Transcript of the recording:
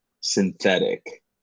synthetic